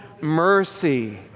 mercy